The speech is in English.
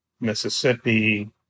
Mississippi